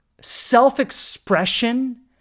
self-expression